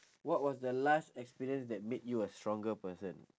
what was the last experience that made you a stronger person